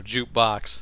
Jukebox